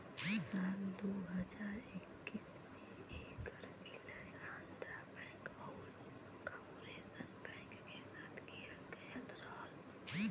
साल दू हज़ार इक्कीस में ऐकर विलय आंध्रा बैंक आउर कॉर्पोरेशन बैंक के साथ किहल गयल रहल